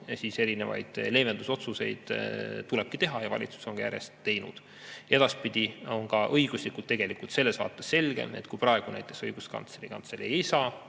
siis tulebki leevendusotsuseid teha ja valitsus on neid järjest ka teinud. Edaspidi on ka õiguslikult tegelikult selles vaates selgem, et praegu näiteks Õiguskantsleri Kantselei ei saa